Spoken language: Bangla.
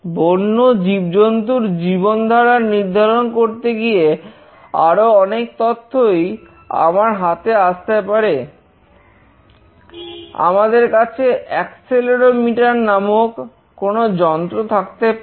বন্য জীবজন্তুর জীবনধারা নির্ধারণ করতে গিয়ে আরো অনেক তথ্যই আমাদের হাতে আসতে পারে